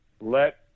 Let